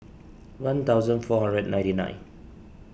one thousand four hundred ninety nine